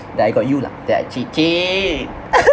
that I got you lah that actually !chey!